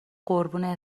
قربون